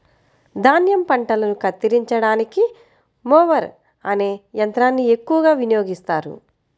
ధాన్యం పంటలను కత్తిరించడానికి మొవర్ అనే యంత్రాన్ని ఎక్కువగా వినియోగిస్తారు